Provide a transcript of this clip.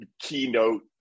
keynote